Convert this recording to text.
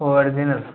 original